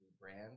brand